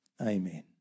Amen